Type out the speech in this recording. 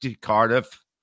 Cardiff